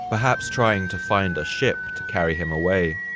perhaps trying to find a ship to carry him away,